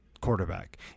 quarterback